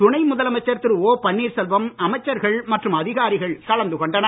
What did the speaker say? துணை முதலமைச்சர் திரு ஓ பன்னீர்செல்வம் அமைச்சர்கள் மற்றும் அதிகாரிகள் கலந்து கொண்டனர்